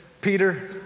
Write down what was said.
Peter